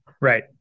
Right